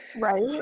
Right